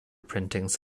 printings